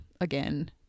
again